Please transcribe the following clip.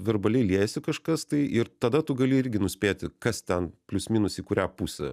verbaliai liejasi kažkas tai ir tada tu gali irgi nuspėti kas ten plius minus į kurią pusę